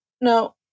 No